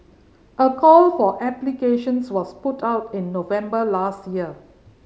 a call for applications was put out in November last year